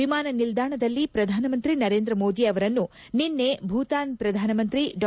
ವಿಮಾನ ನಿಲ್ದಾಣದಲ್ಲಿ ಶ್ರಧಾನಮಂತ್ರಿ ನರೇಂದ್ರ ಮೋದಿ ಅವರನ್ನು ನಿನ್ನೆ ಭೂತಾನ್ ಶ್ರಧಾನಮಂತ್ರಿ ಡಾ